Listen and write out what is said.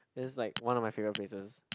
that's like one of my favourite places